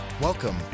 Welcome